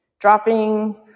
dropping